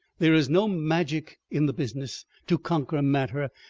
there is no magic in the business to conquer matter,